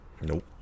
Nope